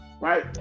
right